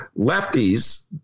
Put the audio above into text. lefties